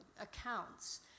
accounts